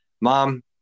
mom